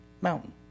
mountain